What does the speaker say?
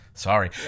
Sorry